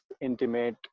intimate